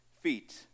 feet